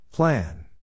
Plan